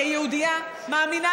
כיהודייה מאמינה,